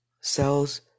cells